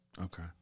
Okay